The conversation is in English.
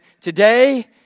today